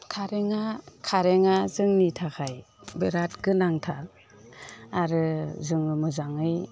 कारेन्टआ जोंनि थाखाय बेराद गोनांथार आरो जोङो मोजाङै